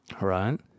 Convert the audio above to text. right